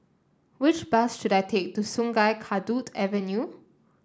which bus should I take to Sungei Kadut Avenue